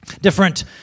Different